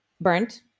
burnt